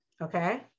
okay